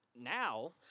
now